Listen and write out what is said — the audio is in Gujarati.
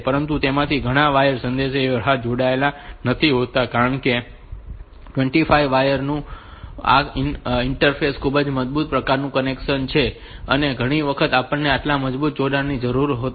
પરંતુ તેમાંથી ઘણા વાયર સંદેશાવ્યવહારમાં જોડાયેલા નથી હોતા કારણ કે 25 વાયર નું આ ઇન્ટરફેસ ખૂબ જ મજબૂત પ્રકારનું કનેક્શન છે અને ઘણી વખત આપણને આટલા મજબૂત જોડાણની જરૂર નથી હોતી